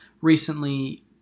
recently